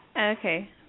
Okay